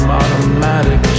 automatic